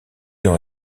dans